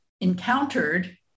encountered